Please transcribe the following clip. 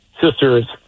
sister's